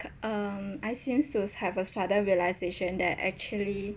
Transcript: um I seem to have a sudden realisation that actually